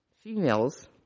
females